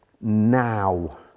now